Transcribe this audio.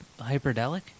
Hyperdelic